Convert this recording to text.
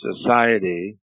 society